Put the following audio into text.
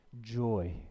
joy